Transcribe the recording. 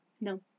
No